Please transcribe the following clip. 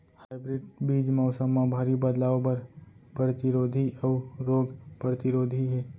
hybrid बीज मौसम मा भारी बदलाव बर परतिरोधी अऊ रोग परतिरोधी हे